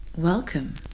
Welcome